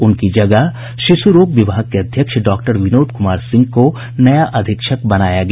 उनकी जगह शिशु रोग विभाग के अध्यक्ष डॉक्टर विनोद कुमार सिंह को नया अधीक्षक बनाया गया है